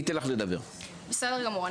בסדר גמור,